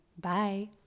Bye